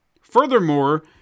furthermore